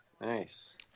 Nice